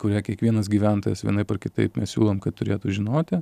kurią kiekvienas gyventojas vienaip ar kitaip mes siūlom kad turėtų žinoti